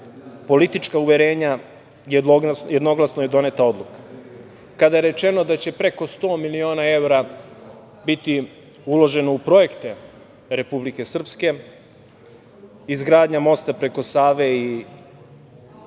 politička uverenja jednoglasno je doneta odluka. Kada je rečeno da će preko 100.000.000 evra biti uloženo u projekte Republike Srpske, izgradnja mosta preko Save i